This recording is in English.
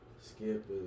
Skip